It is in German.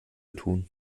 tun